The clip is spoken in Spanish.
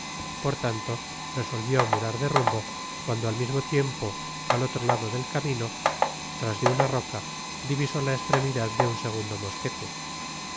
por tanto resolvió mudar de rumbo cuando al mismo tiempo al otro lado del camino tras de una roca divisó la estremidad de un segundo mosquete